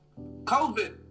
COVID